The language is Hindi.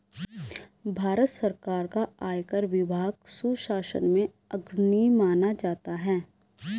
भारत सरकार का आयकर विभाग सुशासन में अग्रणी माना जाता है